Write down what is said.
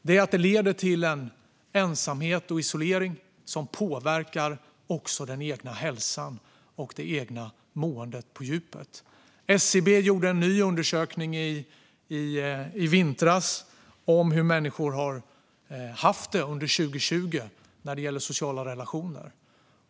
Den leder till en ensamhet och isolering som påverkar också den egna hälsan och det egna måendet på djupet. SCB gjorde en ny undersökning i vintras om hur människor har haft det under 2020 när det gäller sociala relationer.